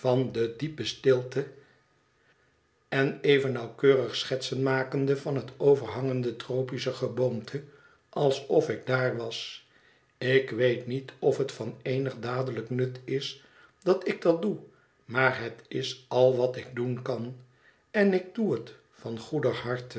de diepe stilte en even nauwkeurig schetsen makende van het overhangende tropische geboomte alsof ik daar was ik weet niet of het van eenig dadelijk nut is dat ik dat doe maar het is al wat ik doen kan en ik doe het van goeder harte